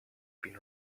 been